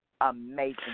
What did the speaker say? amazing